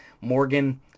Morgan